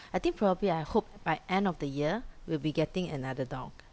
I think probably I hope by end of the year we'll be getting another dog